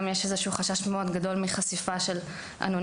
גם יש איזה שהוא חשש מאוד גדול מחשיפה של אנונימיות,